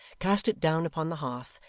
cast it down upon the hearth,